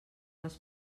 les